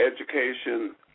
education